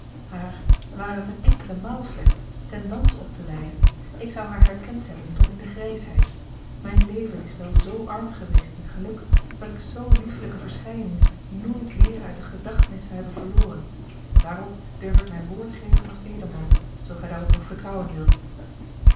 haar ware t eene enkele maal slechts ten dans op te leiden ik zou haar herkend hebben tot in de grijsheid mijn leven is wel z arm geweest in geluk dat ik z liefelijke verschijning nooit weêr uit de gedachtenis zou hebben verloren daarop durf ik mijn woord geven als edelman zoo gij daarop nog vertrouwen wilt